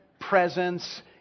presence